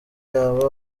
yaba